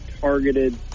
targeted